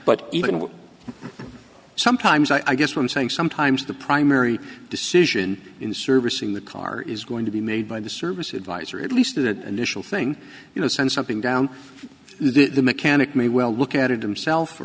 but even with sometimes i guess what i'm saying sometimes the primary decision in servicing the car is going to be made by the service advisor or at least the initial thing you know send something down the mechanic me will look at it himself or